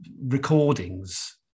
recordings